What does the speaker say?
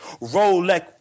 Rolex